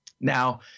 Now